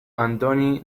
antoni